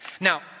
Now